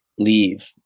leave